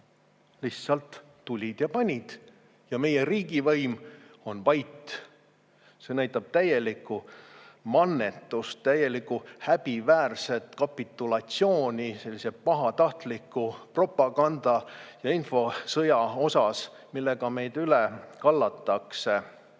Lihtsalt tulid ja panid. Ja meie riigivõim on vait. See näitab täielikku mannetust, täielikku häbiväärset kapitulatsiooni sellise pahatahtliku propaganda ja infosõja ees, millega meid üle kallatakse.